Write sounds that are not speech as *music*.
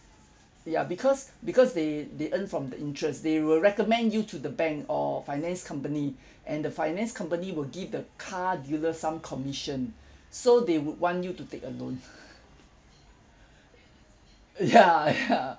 ya because because they they earn from the interest they will recommend you to the bank or finance company and the finance company will give the car dealer some commission so they would want you to take a loan *laughs* ya *laughs* ya